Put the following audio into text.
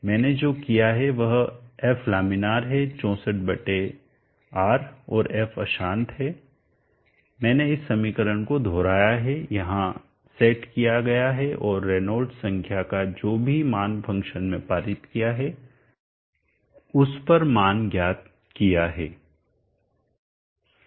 मैंने जो किया है वह f लामिनायर है 64 R और f अशांत है मैंने इस समीकरण को दोहराया है यहां सेट किया गया है और रेनॉल्ड्स संख्या का जो भी मान फ़ंक्शन में पारित किया है उस पर मान ज्ञात किया है